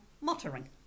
muttering